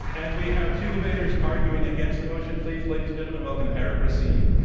and we have two debaters arguing against the motion. please, ladies and gentlemen, welcome eric racine.